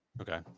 Okay